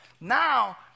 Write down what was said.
Now